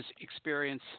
experience